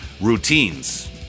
routines